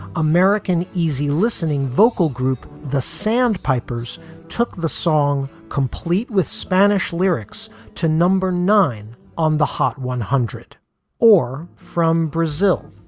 american easy listening vocal group the sandpipers took the song, complete with spanish lyrics to number nine on the hot one hundred or from brazil.